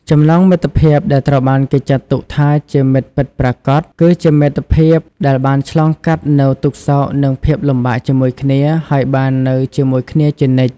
ចំណងមិត្តភាពដែលត្រូវបានគេចាត់ទុកថាជាមិត្តពិតប្រាកដគឺជាមិត្តភាពដែលបានឆ្លងកាត់នូវទុក្ខសោកនិងភាពលំបាកជាមួយគ្នា ហើយបាននៅជាមួយគ្នាជានិច្ច។